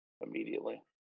Immediately